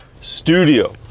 studio